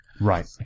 right